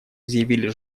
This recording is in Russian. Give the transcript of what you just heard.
изъявили